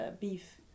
beef